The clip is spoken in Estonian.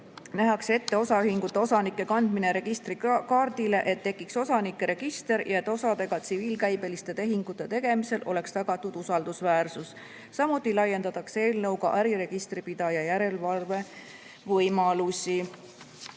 nähakse ette osaühingute osanike kandmine registrikaardile, et tekiks osanike register ja et osadega tsiviilkäibeliste tehingute tegemisel oleks tagatud usaldusväärsus. Samuti laiendatakse eelnõuga äriregistri pidaja järelevalve võimalusi.